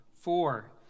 Four